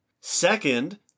Second